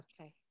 Okay